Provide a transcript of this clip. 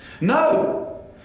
No